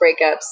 breakups